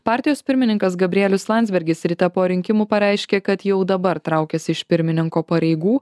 partijos pirmininkas gabrielius landsbergis ryte po rinkimų pareiškė kad jau dabar traukiasi iš pirmininko pareigų